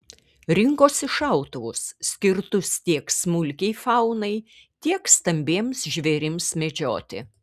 rinkosi šautuvus skirtus tiek smulkiai faunai tiek stambiems žvėrims medžioti